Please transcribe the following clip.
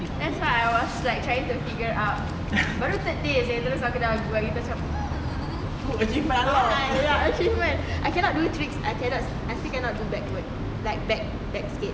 that why I was like trying to figure out baru third day seh terus aku dah buat gitu macam ya achievement I cannot do tricks I cannot I still cannot do backward like back back skate